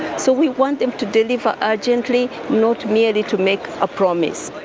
so we want them to deliver urgently, not merely to make a promise.